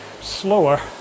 slower